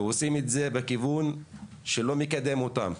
ועושים את זה בכיוון שלא מקדם אותם.